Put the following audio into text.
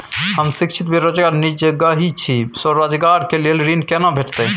हम शिक्षित बेरोजगार निजगही छी, स्वरोजगार के लेल ऋण केना भेटतै?